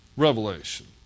revelation